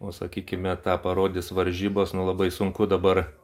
o sakykime tą parodys varžybos nu labai sunku dabar